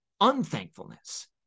unthankfulness